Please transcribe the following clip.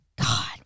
God